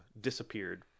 disappeared